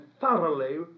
thoroughly